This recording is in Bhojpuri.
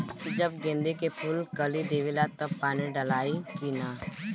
जब गेंदे के फुल कली देवेला तब पानी डालाई कि न?